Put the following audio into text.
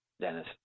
Dennis